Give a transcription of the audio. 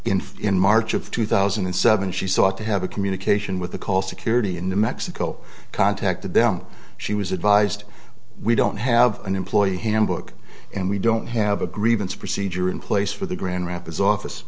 fact in march of two thousand and seven she sought to have a communication with the call security in new mexico contacted them she was advised we don't have an employee handbook and we don't have a grievance procedure in place for the grand rapids office